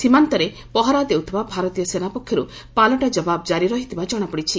ସୀମାନ୍ତରେ ପହରା ଦେଉଥିବା ଭାରତୀୟ ସେନା ପକ୍ଷରୁ ପାଲଟା ଜବାବ କାରି ରହିଥିବା ଜଣାପଡ଼ିଛି